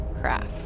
craft